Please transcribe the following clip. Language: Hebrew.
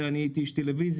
אני הייתי איש טלוויזיה.